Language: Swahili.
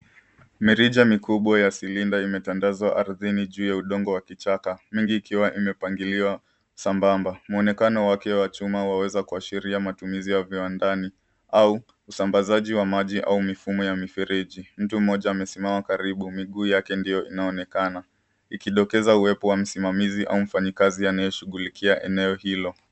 Mirija mikibwa ya silinda imetandazwa ardhini juu ya udongo wa kichaka, mingi ikiwa imepangiliwa sambamba. Mwonekano wake wa chuma waweza kuashiria matumizi ya viwandani, au usambazaji wa maji, au mifumo ya mifereji. Mtu mmoja amesimama karibu. Miguu yake ndio inaonekana ikidokeza uwepo wa msimamizi au mfanyikazi anayeshughulikia eneo hilo.